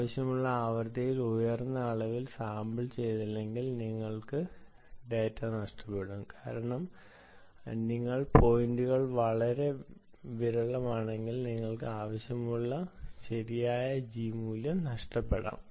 ആവശ്യമുള്ള ആവൃത്തിയിൽ ഉയർന്ന അളവിൽ സാമ്പിൾ ചെയ്തില്ലെങ്കിൽ നിങ്ങൾക്ക് ഡാറ്റ നഷ്ടപ്പെടും കാരണം നിങ്ങൾ പോയിൻറുകൾ വളരെ വിരളമാണെങ്കിൽ നിങ്ങൾക്ക് ആവശ്യമുള്ള ശരിയായ G മൂല്യം ന ഷ്ടപ്പെടാം